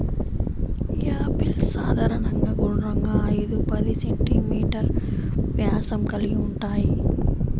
apples సాధారణంగా గుండ్రంగా, ఐదు పది సెం.మీ వ్యాసం కలిగి ఉంటాయి